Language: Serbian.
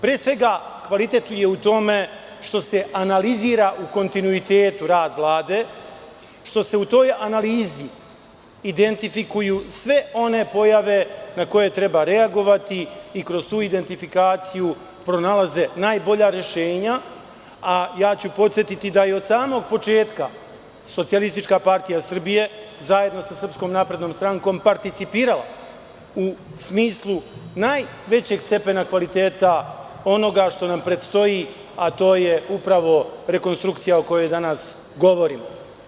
Pre svega, kvalitet je u tome što se analizira u kontinuitetu rad Vlade, što se u toj analizi identifikuju sve one pojave na koje treba reagovati i kroz tu identifikaciju pronalaze najbolja rešenja, a ja ću podsetiti da je od samog početka SPS, zajedno sa SNS, participirala u smislu najvećeg stepena kvaliteta onoga što nam predstoji, a to je upravo rekonstrukcija o kojoj danas govorimo.